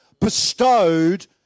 bestowed